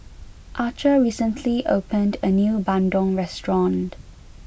Archer recently opened a new bandung restaurant